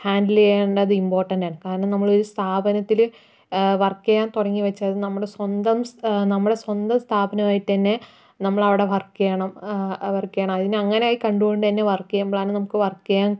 handle ചെയ്യേണ്ടത് important ആണ് കാരണം നമ്മൾ ഒരു സ്ഥാപനത്തിൽ വർക്ക് ചെയ്യാൻ തുടങ്ങി വെച്ചത് നമ്മൾ സ്വന്തം നമ്മളെ സ്വന്തം സ്ഥാപനമായിട്ട് തന്നെ നമ്മൾ അവിടെ വർക്ക് ചെയ്യണം അതിനെ അങ്ങനെയായി തന്നെ കണ്ടുകൊണ്ട് തന്നെ വർക്ക് ചെയ്യുമ്പോളാണ് നമുക്ക് വർക്ക് ചെയ്യാൻ